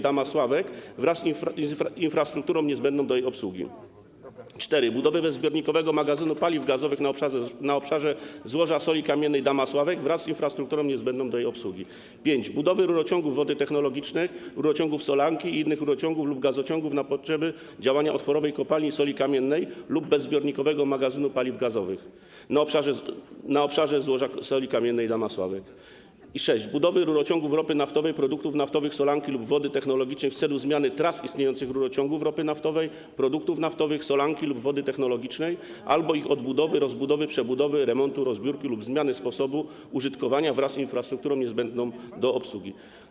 Damasławek wraz z infrastrukturą niezbędną do jej obsługi, 4) budowy bezzbiornikowego magazynu paliw gazowych na obszarze złoża soli kamiennej Damasławek wraz z infrastrukturą niezbędną do jego obsługi, 5) budowy rurociągu wody technologicznej, rurociągów solanki i innych wodociągów lub gazociągów na potrzeby działania otworowej kopalni soli kamiennej lub bezzbiornikowego magazynu paliw gazowych na obszarze złoża soli kamiennej Damasławek, 6) budowy rurociągów ropy naftowej, produktów naftowych, solanki lub wody technologicznej w celu zmiany tras istniejących rurociągów ropy naftowej, produktów naftowych, solanki lub wody technologicznej albo ich odbudowy, rozbudowy, przebudowy, remontu, rozbiórki lub zmiany sposobu użytkowania wraz z infrastrukturą niezbędną do obsługi.